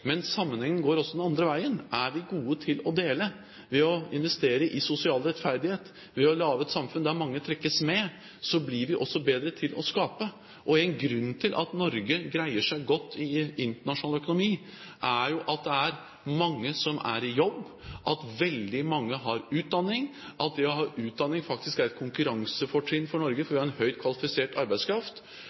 Men sammenhengen går også den andre veien. Er vi gode til å dele ved å investere i sosial rettferdighet, ved å lage et samfunn der mange trekkes med, blir vi også bedre til å skape. Og en grunn til at Norge greier seg godt i internasjonal økonomi, er at det er mange som er i jobb, veldig mange har utdanning, og det å ha utdanning er faktisk et konkurransefortrinn for Norge fordi vi har høyt kvalifisert arbeidskraft,